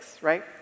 Right